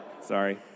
Sorry